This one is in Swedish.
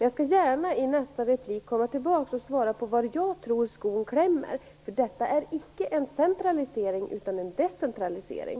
Jag skall gärna i nästa replik komma tillbaks och svara på var jag tror skon klämmer. Detta är icke en centralisering utan en decentralisering.